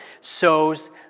sows